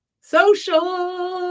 social